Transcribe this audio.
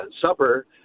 supper